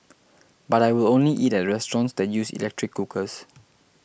but I will only eat at restaurants the use electric cookers